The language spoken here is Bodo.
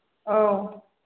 औ